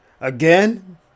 again